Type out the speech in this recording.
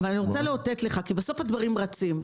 אבל אני רוצה לאותת לך כי בסוף הדברים רצים.